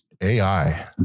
AI